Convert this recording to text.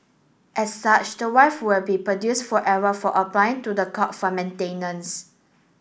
as such the wife would be produced forever for applying to the court for maintenance